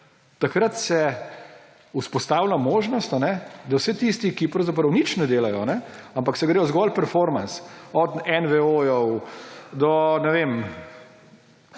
Takrat se vzpostavlja možnost, da vsi tisti, ki pravzaprav nič ne delajo, ampak se gredo zgolj performance, od NVO do ne vem,